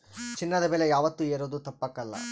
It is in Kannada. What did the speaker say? ಚಿನ್ನದ ಬೆಲೆ ಯಾವಾತ್ತೂ ಏರೋದು ತಪ್ಪಕಲ್ಲ